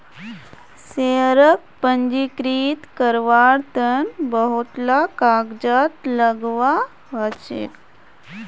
शेयरक पंजीकृत कारवार तन बहुत ला कागजात लगव्वा ह छेक